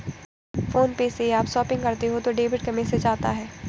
phone पे से आप शॉपिंग करते हो तो डेबिट का मैसेज आता है